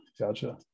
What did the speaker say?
Gotcha